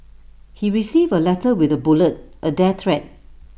he received A letter with A bullet A death threat